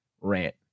rant